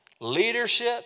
leadership